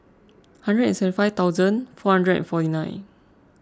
hundred seven five thousand four hundred forty nine